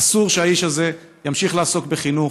אסור שהאיש הזה ימשיך לעסוק בחינוך,